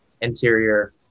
interior